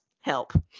HELP